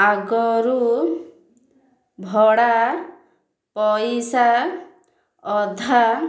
ଆଗରୁ ଭଡ଼ା ପଇସା ଅଧା